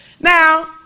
Now